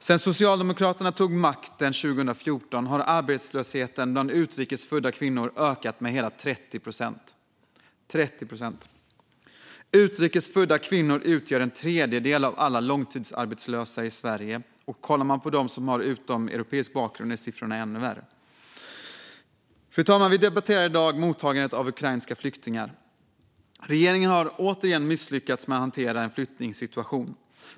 Sedan Socialdemokraterna tog makten 2014 har arbetslösheten bland utrikes födda kvinnor ökat med 30 procent. Utrikes födda kvinnor utgör en tredjedel av alla långtidsarbetslösa i Sverige. För dem med utomeuropeisk bakgrund är siffrorna ännu värre. Fru talman! Vi debatterar i dag mottagandet av ukrainska flyktingar. Regeringen har återigen misslyckats med att hantera en flyktingsituation.